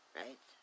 right